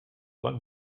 lang